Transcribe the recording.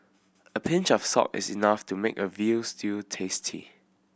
a pinch of salt is enough to make a veal stew tasty